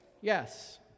yes